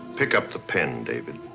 pick up the pen, david.